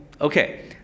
Okay